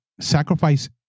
sacrifice